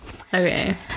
okay